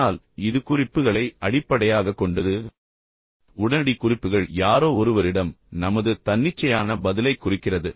ஆனால் இது குறிப்புகளை அடிப்படையாகக் கொண்டது உடனடி குறிப்புகள் யாரோ ஒருவரிடம் நமது தன்னிச்சையான பதிலைக் குறிக்கிறது